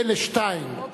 מילא שתיים,